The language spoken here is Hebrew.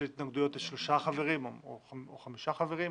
התנגדויות של שלושה חברים או חמישה חברים,